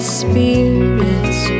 spirits